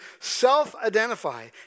self-identify